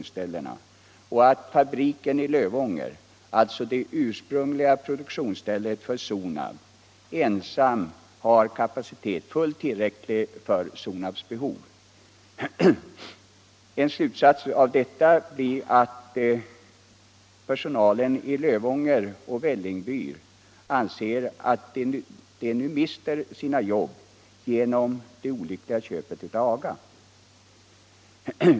för stor och att fabriken i Lövånger, alltså det ursprungliga produktionsstället för Sonab, ensam har fullt tillräcklig kapacitet för Sonabs behov. Personalen i Lövånger och Vällingby har dragit slutsatsen att de nu mister sina jobb genom det olyckliga köpet av AGA.